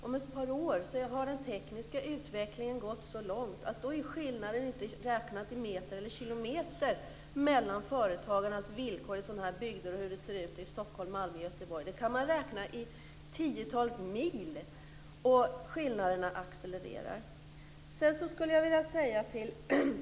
Om ett par år har den tekniska utvecklingen gått så långt att då räknas inte skillnaden i meter eller kilometer när det gäller företagarnas villkor i sådana här bygder och hur det ser ut i Stockholm, Malmö och Göteborg, utan då räknar man i tiotals mil. Skillnaderna accelererar alltså.